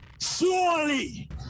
Surely